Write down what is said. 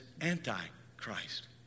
anti-Christ